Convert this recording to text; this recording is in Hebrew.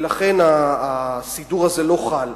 ולכן הסידור הזה לא חל.